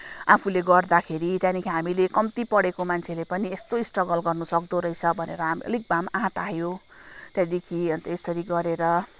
आफूले गर्दाखेरि त्यहाँदेखि हामीले कम्ति पढेको मान्छेले पनि यस्तो स्ट्रगल गर्नु सक्दो रहेछ भनेर हामी अलिक भए पनि आँट आयो त्यहाँदेखि अन्त यसरी गरेर